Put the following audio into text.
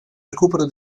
recupero